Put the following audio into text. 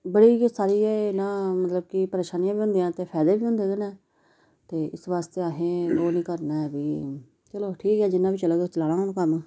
बड़ी गै सारी एह् ना मतलब कि परेशानियां बी बनदियां ते फायदे बी होंदे एह्दे नै ते इस बास्ते असें ओह् निं करना ऐ भाई चलो ठीक ऐ जि'यां बी चलग चलाना हून कम्म